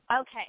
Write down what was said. Okay